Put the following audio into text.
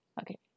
Okay